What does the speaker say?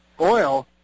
oil